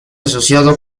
asociado